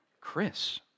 Chris